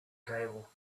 cable